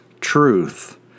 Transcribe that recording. truth